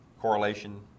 correlation